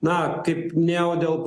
na kaip minėjau dėl